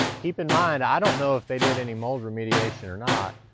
and keep in mind, i don't know if they did any mold remediation or not,